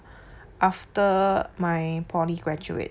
after my poly graduate